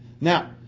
Now